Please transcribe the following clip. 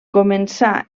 començà